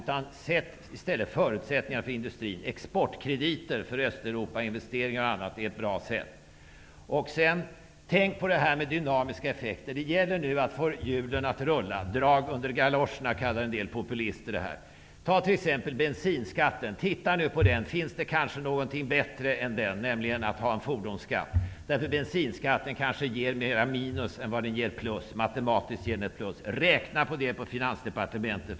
Ge i stället förutsättningar för industrin. Att ge exportkrediter för Östeuropainvesteringar är t.ex. ett bra sätt. Tänk på det här med dynamiska effekter. Det gäller nu att få hjulen att rulla. En del populister kallar det att få drag under galoscherna. Se t.ex. på bensinskatten. Finns det kanske någonting bättre än att ha den, nämligen en fordonsskatt? Bensinskatten kanske ger mer minus än plus, även om det matematiskt ger ett plus. Räkna på det på finansdepartementet.